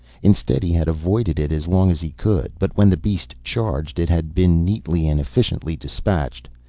instead he had avoided it as long as he could. but when the beast charged it had been neatly and efficiently dispatched.